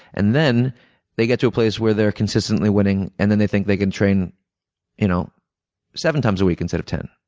and then they get to a place where they're consistently winning and then they think they can train you know seven times a week instead of ten